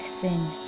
sin